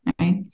Right